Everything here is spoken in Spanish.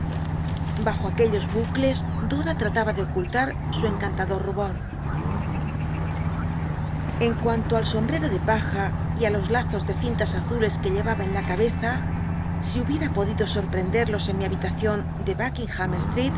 dajo aquellos bnclcs dora trataba de oculta su encantador rubor l n cuanto al sombrero dr paja y i los lazos de cintas azules que llcmba en la cabeza si hubicra podido sorprende rlos en mi habitacion de